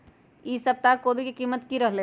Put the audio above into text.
ई सप्ताह कोवी के कीमत की रहलै?